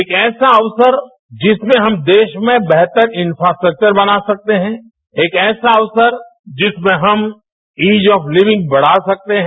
एक ऐसा अवसर जिसमें हम देश में बेहतर इफ्रास्ट्रक्चर बना सकते हैं एक ऐसा अवसर जिसमें हम इज ऑफ लिविंग का बढ़ा सकते हैं